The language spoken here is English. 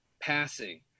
passing